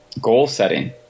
goal-setting